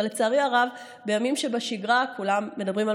אבל לצערי הרב בימים שבשגרה כולם מדברים על